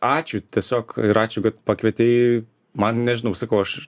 ačiū tiesiog ir ačiū kad pakvietei man nežinau sakau aš